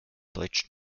deutsch